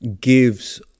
gives